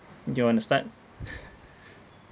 do you want to start